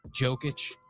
jokic